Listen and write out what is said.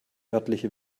örtliche